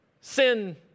Sin